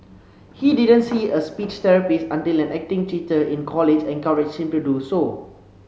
he didn't see a speech therapist until an acting teacher in college encouraged him to do so